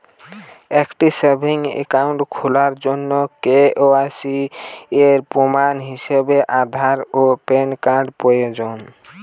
একটি savings account খোলার জন্য কে.ওয়াই.সি এর প্রমাণ হিসাবে আধার ও প্যান কার্ড প্রয়োজন